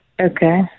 Okay